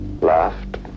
laughed